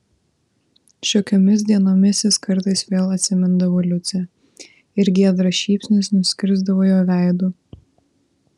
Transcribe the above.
šiokiomis dienomis jis kartais vėl atsimindavo liucę ir giedras šypsnys nuskrisdavo jo veidu